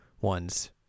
ones